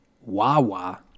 Wawa